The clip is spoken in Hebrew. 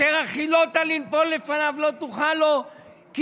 "אשר הַחִלוֹתָ לנפול לפניו לא תוכל לו כי